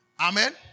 Amen